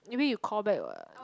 maybe you call back what